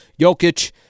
Jokic